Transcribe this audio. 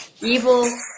Evil